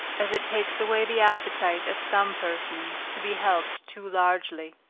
as it takes away the appetite of some persons to be helped too largely.